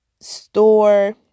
store